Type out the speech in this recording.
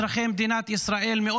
אזרחי מדינת ישראל,